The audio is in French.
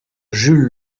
jules